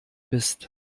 bist